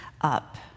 up